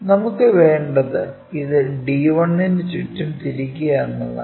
നമുക്ക് വേണ്ടത് ഇത് d1 ന് ചുറ്റും തിരിക്കുക എന്നതാണ്